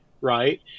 Right